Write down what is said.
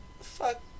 fuck